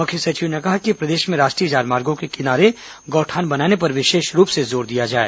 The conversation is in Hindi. मुख्य सचिव ने कहा कि प्रदेश में राष्ट्रीय राजमार्गों के किनारे गौठान बनाने पर विशेष रूप से जोर दिया जाए